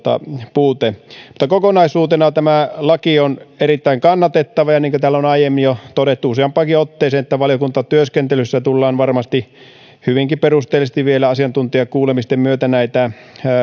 puute kokonaisuutena tämä laki on erittäin kannatettava ja niin kuin täällä on aiemmin jo todettu useampaankin otteeseen valiokuntatyöskentelyssä tullaan varmasti hyvinkin perusteellisesti vielä asiantuntijakuulemisten myötä tätä